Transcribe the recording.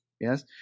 Yes